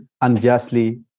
unjustly